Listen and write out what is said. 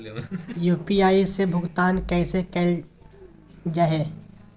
UPI से भुगतान कैसे कैल जहै?